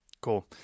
cool